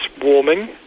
warming